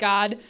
God